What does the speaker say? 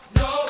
no